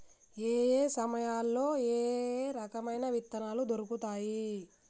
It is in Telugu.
ఏయే సమయాల్లో ఏయే రకమైన విత్తనాలు దొరుకుతాయి?